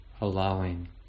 allowing